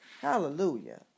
Hallelujah